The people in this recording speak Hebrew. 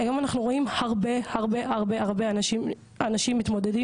היום אחנו רואים הרבה הרבה אנשים מתמודדים